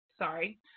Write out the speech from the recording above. sorry